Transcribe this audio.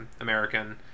American